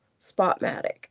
Spotmatic